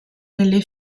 nelle